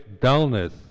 dullness